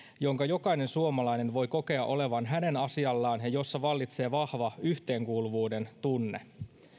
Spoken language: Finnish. jonka jokainen suomalainen voi kokea olevan hänen asiallaan ja jossa vallitsee vahva yhteenkuuluvuuden tunne